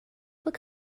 look